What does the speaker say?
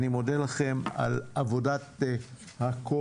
אני מודה לכם על עבודת הקודש.